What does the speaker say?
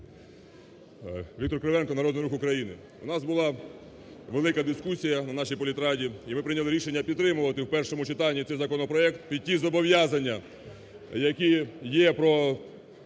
Віктор Кривенко, "Народний Рух України". У нас була велика дискусія на нашій політраді. І ми прийняли рішення підтримувати в першому читанні цей законопроект під ті зобов'язання, які є про,